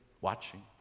watching